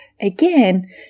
again